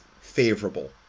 favorable